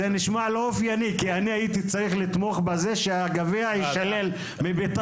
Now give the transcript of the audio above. זה נשמע לא אופייני כי אני הייתי צריך לתמוך בזה שהגביע יישלל מבית"ר.